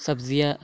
سبزیاں